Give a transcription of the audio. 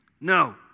No